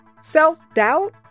Self-doubt